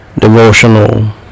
devotional